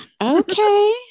Okay